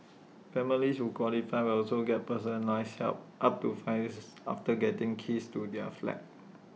families who qualify will also get personalised help up to five this is after getting keys to their flat